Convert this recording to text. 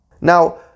Now